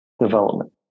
development